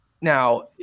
Now